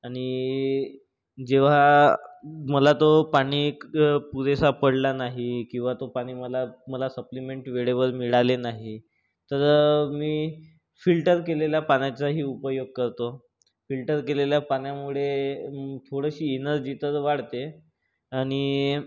आणि जेव्हा मला तो पाणी क पुरेसा पडला नाही किंवा तो पाणी मला मला सप्लिमेंट वेळेवर मिळाले नाही तर मी फिल्टर केलेल्या पाण्याचाही उपयोग करतो फिल्टर केलेल्या पाण्यामुळे थोडीशी एनर्जी तर वाढते आणि